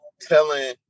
telling